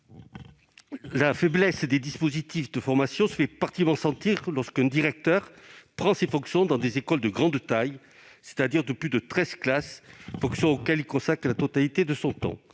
la faiblesse des dispositifs de formation se fait particulièrement sentir lorsqu'un directeur prend ses fonctions dans des écoles de grande taille, c'est-à-dire de plus de treize classes, fonctions auxquelles il consacre alors la totalité de son temps.